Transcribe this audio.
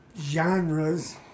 genres